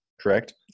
Correct